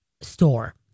store